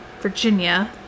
Virginia